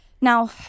Now